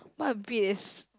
what the breed is